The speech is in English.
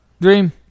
Dream